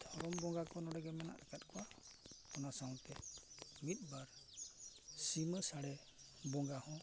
ᱫᱷᱚᱨᱚᱢ ᱵᱚᱸᱜᱟ ᱠᱚ ᱱᱚᱰᱮᱜᱮ ᱢᱮᱱᱟᱜ ᱟᱠᱟᱫ ᱠᱚᱣᱟ ᱚᱱᱟ ᱥᱟᱶᱛᱮ ᱢᱤᱫ ᱵᱟᱨ ᱥᱤᱢᱟᱹ ᱥᱟᱲᱮ ᱵᱚᱸᱜᱟ ᱦᱚᱸ